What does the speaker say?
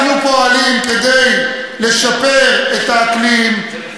אנחנו פועלים כדי לשפר את האקלים,